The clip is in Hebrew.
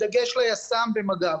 בדגש על יס"מ ומג"ב.